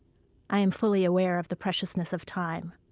i am fully aware of the preciousness of time.